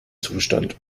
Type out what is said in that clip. zustand